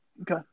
Okay